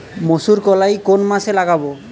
মুসুর কলাই কোন মাসে লাগাব?